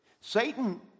Satan